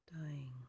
dying